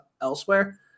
elsewhere